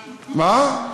מילה, רגע,